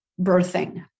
birthing